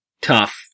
tough